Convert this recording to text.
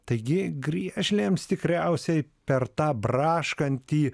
taigi griežlėms tikriausiai per tą braškantį